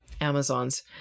Amazon's